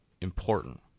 important